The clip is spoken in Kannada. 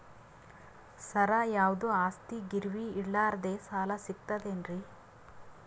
ಸರ, ಯಾವುದು ಆಸ್ತಿ ಗಿರವಿ ಇಡಲಾರದೆ ಸಾಲಾ ಸಿಗ್ತದೇನ್ರಿ?